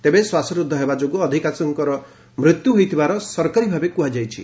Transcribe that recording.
ତେବେ ଶ୍ୱାସରୁଦ୍ଧ ହେବା ଯୋଗୁଁ ଅଧିକାଂଶଙ୍କର ମୃତ୍ୟୁ ହୋଇଥିବା ସରକାରୀ ଭାବେ କୁହାଯାଇଛି